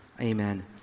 Amen